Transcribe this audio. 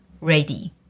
Ready